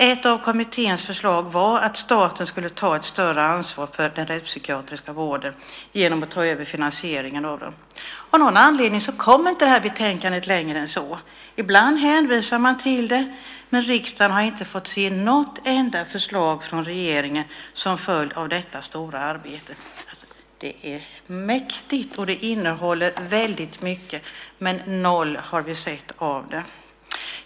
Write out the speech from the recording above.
Ett av kommitténs förslag var att staten skulle ta ett större ansvar för den rättspsykiatriska vården genom att ta över finansieringen av den. Av någon anledning kom inte det här betänkandet längre än så. Ibland hänvisar man till det, men riksdagen har inte fått se något enda förslag från regeringen som följd av detta stora arbete. Det är mäktigt, och det innehåller väldigt mycket, men noll har vi sett av det.